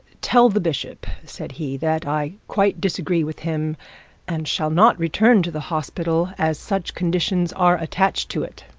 tell the bishop, said he, that i quite disagree with him and shall not return to the hospital as such conditions are attached to it.